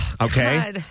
Okay